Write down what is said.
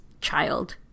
child